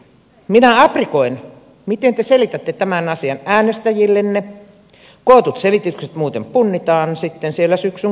minä aprikoin miten te selitätte tämän asian äänestäjillenne kootut selitykset muuten punnitaan sitten siellä syksyn kunnallisvaaleissa